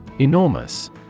Enormous